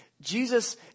Jesus